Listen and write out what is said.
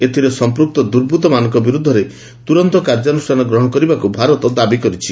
ଏଥିରେ ସମ୍ପୃକ୍ତ ଦୁର୍ବୂଉମାନଙ୍କ ବିରୋଧରେ ତୁରନ୍ତ କାର୍ଯ୍ୟାନୁଷ୍ଠାନ ଗ୍ରହଣ କରିବାକୁ ଭାରତ ଦାବି କରିଛି